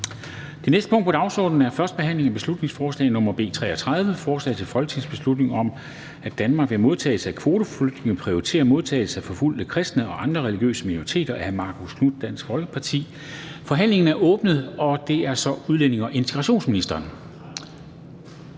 Det næste punkt på dagsordenen er: 20) 1. behandling af beslutningsforslag nr. B 33: Forslag til folketingsbeslutning om, at Danmark ved modtagelse af kvoteflygtninge prioriterer modtagelse af forfulgte kristne og andre religiøse minoriteter. Af Marcus Knuth (KF) m.fl. (Fremsættelse 20.10.2020). Kl. 18:07 Forhandling Formanden